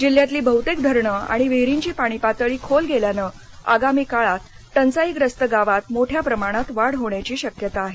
जिल्ह्यातील बहुतेक धरणं आणि विहिरीची पाणी पातळी खोल गेल्याने आगामी काळात टंचाई ग्रस्त गावात मोठ्या प्रमाणात वाढ होण्याची शक्यता आहे